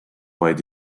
vaid